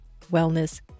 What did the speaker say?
wellness